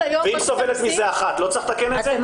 ואם סובלת מזה אחת, לא צריך לתקן את זה?